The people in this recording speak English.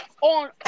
on